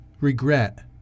regret